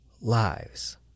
lives